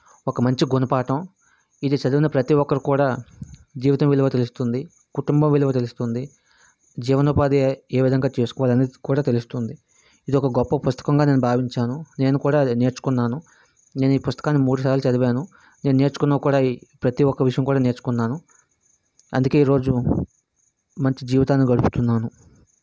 ఒక మంచి గుణపాఠం ఇది చదివిన ప్రతి ఒక్కరు కూడా జీవితం విలువ తెలుస్తుంది కుటుంబ విలువ తెలుస్తుంది జీవన ఉపాధి ఏ విధంగా చేసుకోవాలనేది కూడా తెలుస్తుంది ఇదొక గొప్ప పుస్తకంగా నేను భావించాను నేను కూడా అది నేర్చుకున్నాను నేను ఈ పుస్తకాన్ని మూడుసార్లు చదివాను నేను నేర్చుకున్న కూడా ప్రతీ ఒక్క విషయం కూడా నేర్చుకున్నాను అందుకే రోజు మంచి జీవితాన్ని గడుపుతున్నాను